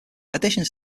additions